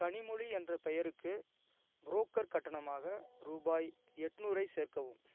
கனிமொழி என்ற பெயருக்கு புரோக்கர் கட்டணமாக ரூபாய் எட்நுாறை சேர்க்கவும்